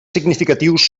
significatius